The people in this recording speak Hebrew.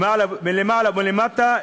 מלמעלה ומלמטה,